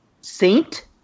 Saint